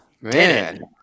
Man